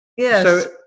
Yes